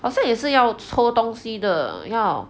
好像也是要抽东西的要